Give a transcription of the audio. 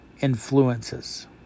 influences